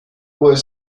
was